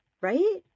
right